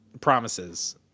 Promises